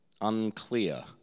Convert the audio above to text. Unclear